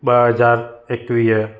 ॿ हज़ार एकवीह